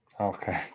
Okay